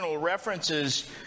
references